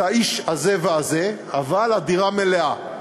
את האיש הזה והזה, אבל הדירה מלאה.